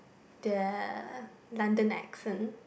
the London accent